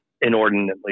inordinately